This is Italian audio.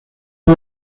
può